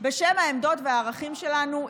בשם העמדות והערכים שלנו,